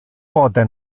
pote